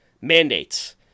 mandates